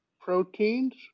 proteins